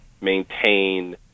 maintain